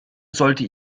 sollte